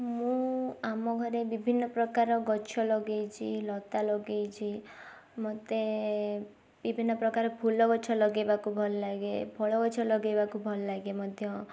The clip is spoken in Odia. ମୁଁ ଆମ ଘରେ ବିଭିନ୍ନ ପ୍ରକାର ଗଛ ଲଗେଇଛି ଲତା ଲଗେଇଛି ମୋତେ ବିଭିନ୍ନ ପ୍ରକାର ଫୁଲ ଗଛ ଲଗେଇବାକୁ ଭଲଲାଗେ ଫଳ ଗଛ ଲଗେଇବାକୁ ଭଲ ଲାଗେ ମଧ୍ୟ